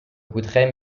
coûterait